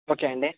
okay అండి